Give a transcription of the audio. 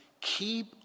keep